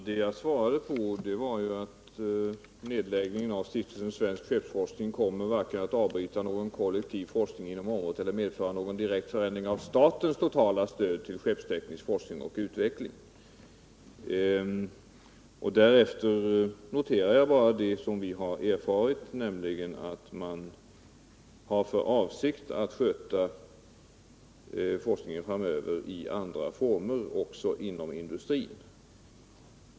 Herr talman! Mitt svar avsåg att nedläggningen av Stiftelsen Svensk skeppsforskning varken kommer att avbryta någon kollektiv forskning inom området eller att medföra någon direkt ökning av statens totala stöd till skeppsteknisk forskning och utveckling. Därefter noterade jag bara det som vi erfarit, nämligen att man också inom industrin har för avsikt att sköta forskningen framöver i andra former.